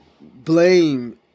Blame